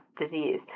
disease